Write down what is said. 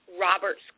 Roberts